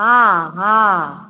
हँ हँ